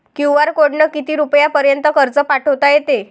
QR कोडनं किती रुपयापर्यंत पैसे पाठोता येते?